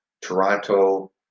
Toronto